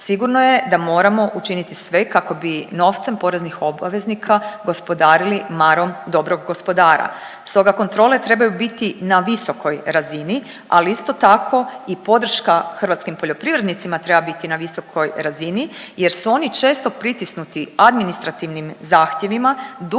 Sigurno je da moramo učiniti sve kako bi novcem poreznih obveznika gospodarili marom dobrog gospodara. Stoga kontrole trebaju biti na visokoj razini ali isto tako i podrška hrvatskim poljoprivrednicima treba biti na visokoj razini jer su oni često pritisnuti administrativnim zahtjevima, dugo